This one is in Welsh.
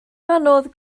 anodd